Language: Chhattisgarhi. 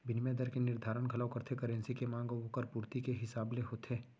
बिनिमय दर के निरधारन घलौ करथे करेंसी के मांग अउ ओकर पुरती के हिसाब ले होथे